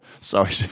sorry